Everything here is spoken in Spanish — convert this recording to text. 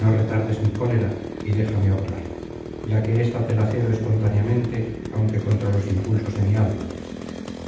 no retardes mi cólera y déjame obrar ya que ésta te la cedo espontáneamente aunque contra los impulsos de mi alma